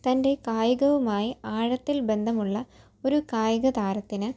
തൻ്റെ കായികവുമായി ആഴത്തിൽ ബന്ധമുള്ള ഒരു കായിക താരത്തിന്